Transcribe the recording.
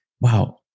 wow